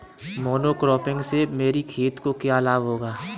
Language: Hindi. मोनोक्रॉपिंग से मेरी खेत को क्या लाभ होगा?